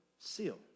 seal